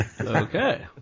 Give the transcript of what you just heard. Okay